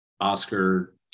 Oscar